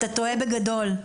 אתה טועה בגדול.